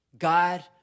God